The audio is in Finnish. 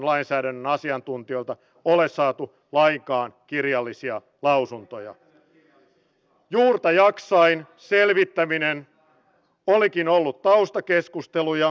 tähän viittasi muun muassa se vattin tutkimus missä on kymmenien vuosien analyysi taustalla